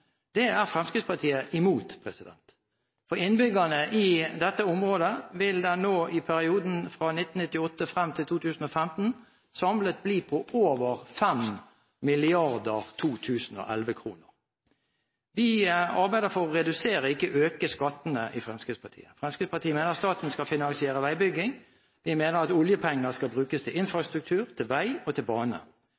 Det er Fremskrittspartiet imot. For innbyggerne i dette området vil den samlet i perioden fra 1998 frem til 2015 bli på over 5 mrd. 2011-kroner. Vi i Fremskrittspartiet arbeider for å redusere, ikke øke, skattene. Fremskrittspartiet mener at staten skal finansiere veibygging. Vi mener at oljepenger skal brukes til